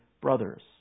brothers